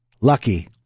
Lucky